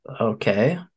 Okay